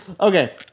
Okay